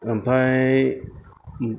ओमफाय